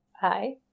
Hi